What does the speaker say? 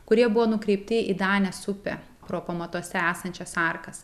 kurie buvo nukreipti į danės upę pro pamatuose esančias arkas